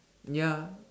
ya